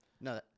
No